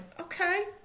Okay